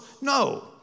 No